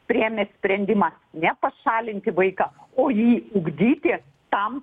priėmė sprendimą ne pašalinti vaiką o jį ugdyti tam